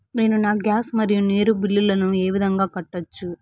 నేను నా గ్యాస్, మరియు నీరు బిల్లులను ఏ విధంగా కట్టొచ్చు?